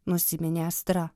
nusiminė astra